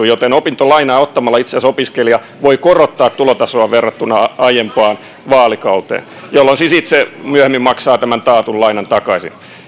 joten opintolainaa ottamalla itse asiassa opiskelija voi korottaa tulotasoaan verrattuna aiempaan vaalikauteen jolloin siis itse myöhemmin maksaa tämän taatun lainan takaisin